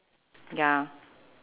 ya